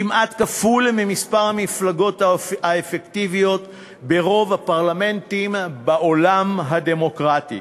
כמעט כפול ממספר המפלגות האפקטיביות ברוב הפרלמנטים בעולם הדמוקרטי.